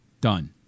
Done